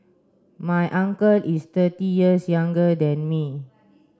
my uncle is thirty years younger than me